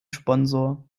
sponsor